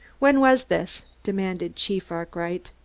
when was this? demanded chief arkwright.